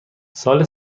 سال